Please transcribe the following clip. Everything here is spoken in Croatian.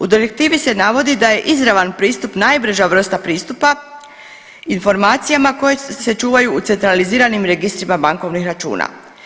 U direktivi se navodi da je izravan pristup najbrža vrsta pristupa informacijama koje se čuvaju u centraliziranim registrima bankovnih računa.